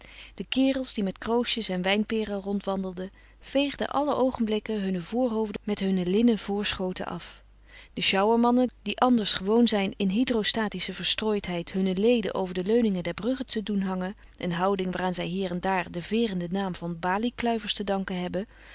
de kerels die met kroosjes en wijnperen rondwandelden veegden alle oogenblikken hunne voorhoofden met hunne linnen voorschoten af de sjouwermannen die anders gewoon zijn in hydrostatische verstrooidheid hunne leden over de leuningen der bruggen te doen hangen een houding waaraan zij hier en daar den vereerenden naam van baliekluivers te danken hebben